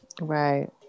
right